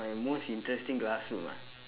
my most interesting classroom ah